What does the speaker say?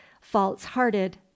false-hearted